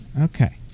Okay